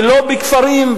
ולא בכפרים,